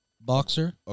boxer